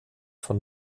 von